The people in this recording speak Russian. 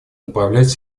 направлять